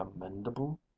commendable